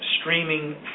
streaming